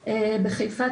בחיפה,